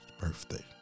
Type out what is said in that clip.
birthday